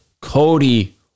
Cody